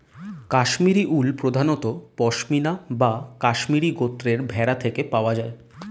কাশ্মীরি উল প্রধানত পশমিনা বা কাশ্মীরি গোত্রের ভেড়া থেকে পাওয়া যায়